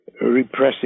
repressive